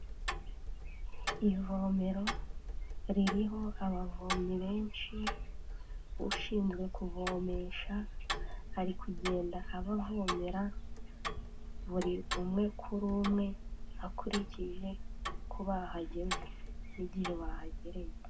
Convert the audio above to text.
Ivomero ririho abavomyi benshi ushinzwe kuvomesha, ari kugenda abavomera buri umwe kuri umwe, akurikije uko bahageze n'igihe bahagereye.